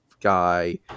guy